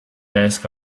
desk